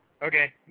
Okay